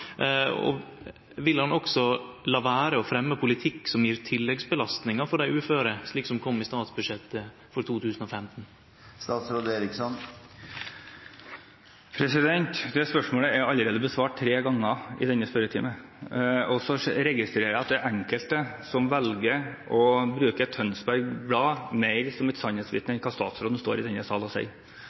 vil han også la vere å fremje ein politikk som gjev dei uføre tilleggsbelastningar, slik det går fram av statsbudsjettet for 2015? Det spørsmålet er allerede besvart tre ganger i denne spørretimen. Jeg registrerer at det er enkelte som velger å bruke Tønsbergs Blad som sannhetsvitne heller enn det statsråden står i denne sal og sier.